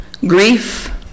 Grief